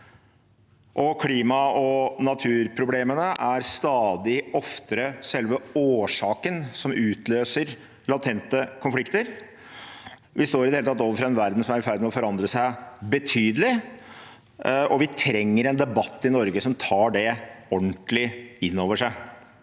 klima- og naturproblemene er stadig oftere selve årsaken som utløser latente konflikter. Vi står i det hele tatt overfor en verden som er i ferd med å forandre seg betydelig. Vi trenger en debatt i Norge som tar det ordentlig inn over seg.